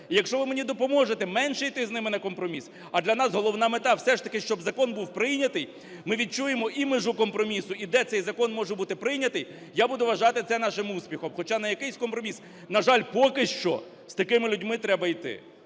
якщо ви мені допоможете менше йти з ними на компроміс, а для нас головна мета – все ж таки щоб закон був прийнятий, ми відчуємо і межу компромісу, і де цей закон може бути прийнятий, я буду вважати це нашим успіхом, хоча на якийсь компроміс, на жаль, поки що з такими людьми треба іти.